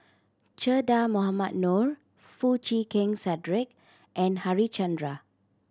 Che Dah Mohamed Noor Foo Chee Keng Cedric and Harichandra